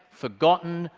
forgotten,